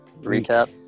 Recap